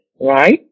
right